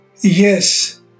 Yes